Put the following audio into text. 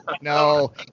no